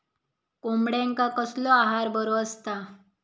कोंबड्यांका कसलो आहार बरो असता?